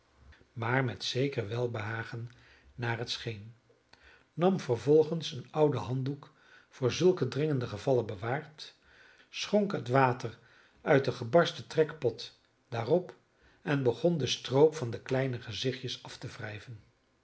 maar met zeker welbehagen naar het scheen nam vervolgens een ouden handdoek voor zulke dringende gevallen bewaard schonk het water uit den gebarsten trekpot daarop en begon de stroop van het kleine gezichtje af te wrijven